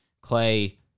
Clay